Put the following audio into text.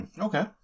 okay